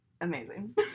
amazing